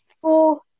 four